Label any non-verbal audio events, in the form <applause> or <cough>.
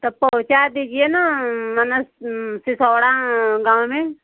सबको पहुँचा दीजिए ना <unintelligible> सिसौड़ा गाँव में